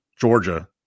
Georgia –